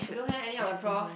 I don't have any of my profs